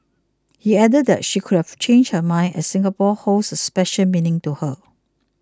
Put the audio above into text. he added that she could have changed her mind as Singapore holds a special meaning to her